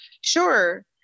Sure